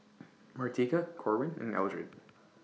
Martika Corwin and Eldred